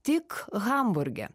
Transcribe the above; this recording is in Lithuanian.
tik hamburge